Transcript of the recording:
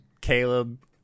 Caleb